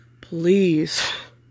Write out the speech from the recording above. please